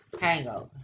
Hangover